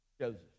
Joseph